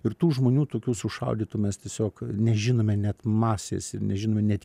ir tų žmonių tokių sušaudytų mes tiesiog nežinome net masės nežinome net